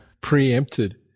preempted